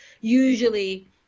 usually